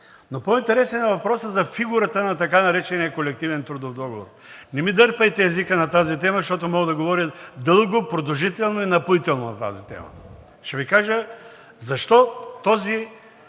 По-интересен е въпросът за фигурата на така наречения колективен трудов договор. Не ми дърпайте езика на тази тема, защото мога да говоря дълго, продължително и напоително. Ще Ви кажа защо този